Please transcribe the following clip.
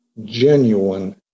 Genuine